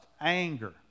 anger